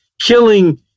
killing